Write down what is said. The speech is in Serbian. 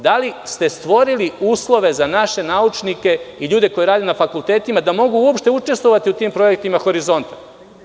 Da li ste stvorili uslove za naše naučnike ili ljude koji rade na fakultetima da mogu uopšte učestvovati u tim projektima Horizonta?